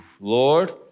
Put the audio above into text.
Lord